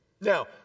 Now